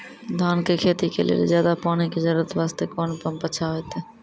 धान के खेती के लेली ज्यादा पानी के जरूरत वास्ते कोंन पम्प अच्छा होइते?